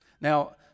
Now